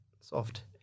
soft